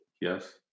Yes